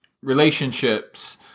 relationships